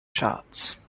charts